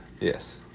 Yes